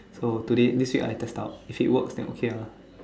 so today this week I test out if it works then okay ah